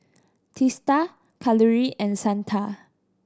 Teesta Kalluri and Santha